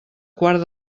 quart